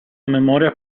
memoria